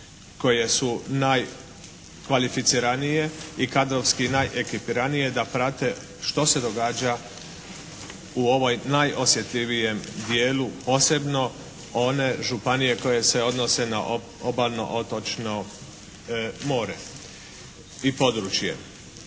koje su najkvalificiranije i kadrovski najekipiranije da prate što se događa u ovom najosjetljivijem dijelu posebno one županije koje se odnose na obalno otočno more i područje.